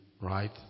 right